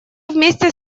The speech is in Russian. вместе